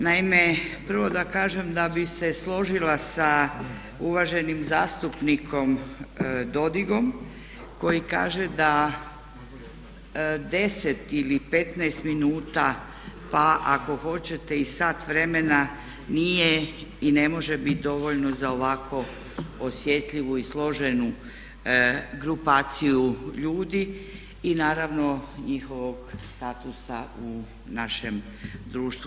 Naime, prvo da kažem da bih se složila sa uvaženim zastupnikom Dodigom koji kaže da 10 ili 15 minuta, pa ako hoćete i sat vremena nije i ne može bit dovoljno za ovako osjetljivu i složenu grupaciju ljudi i naravno njihovog statusa u našem društvu.